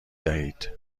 دهید